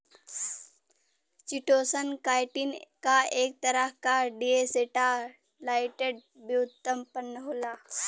chitosan, chitin क एक तरह क डीएसेटाइलेटेड व्युत्पन्न होला